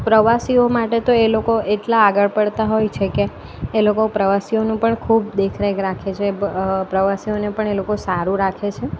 પ્રવાસીઓ માટે તો એ લોકો એટલા આગળ પડતા હોય છે કે એ લોકો પ્રવાસીઓની પણ ખૂબ દેખરેખ રાખે છે પ્રવાસીઓને પણ એ લોકો સારું રાખે છે